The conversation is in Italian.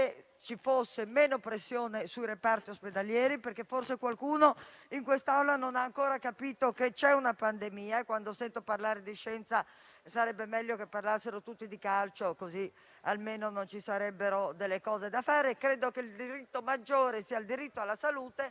ci fosse meno pressione sui reparti ospedalieri. Forse infatti qualcuno in quest'Aula non ha ancora capito che c'è una pandemia. Quando sento parlare di scienza, sarebbe meglio che parlassero tutti di calcio, così almeno non ci sarebbero delle cose da fare. Credo che il maggiore diritto sia quello alla salute,